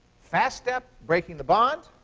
fast step breaking the bond.